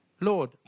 Lord